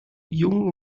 jung